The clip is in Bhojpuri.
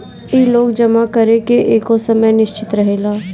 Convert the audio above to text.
इ लोन जमा करे के एगो समय निश्चित रहेला